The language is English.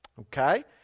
Okay